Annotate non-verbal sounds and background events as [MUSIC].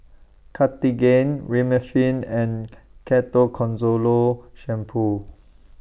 Cartigain Remifemin and [UNINTELLIGIBLE] Shampoo